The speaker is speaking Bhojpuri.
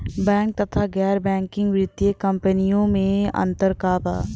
बैंक तथा गैर बैंकिग वित्तीय कम्पनीयो मे अन्तर का बा?